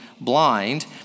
blind